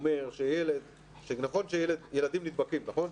ילדים נדבקים, נכון?